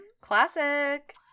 classic